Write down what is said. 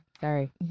Sorry